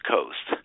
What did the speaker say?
Coast